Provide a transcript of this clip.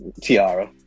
Tiara